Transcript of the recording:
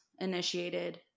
initiated